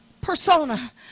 persona